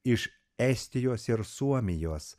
iš estijos ir suomijos